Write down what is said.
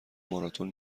ماراتن